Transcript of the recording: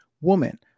woman